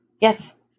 yes